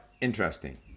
interesting